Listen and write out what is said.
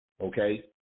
okay